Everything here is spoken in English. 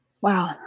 Wow